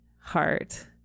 heart